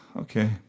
Okay